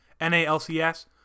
NALCS